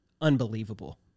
unbelievable